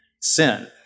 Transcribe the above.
sin